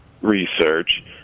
research